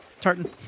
Tartan